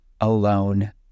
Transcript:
alone